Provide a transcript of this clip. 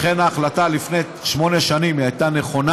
לכן ההחלטה לפני שמונה שנים הייתה נכונה.